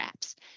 Apps